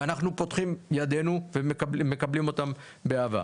ואנחנו פותחים ידנו ומקבלים אותם באהבה.